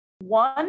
One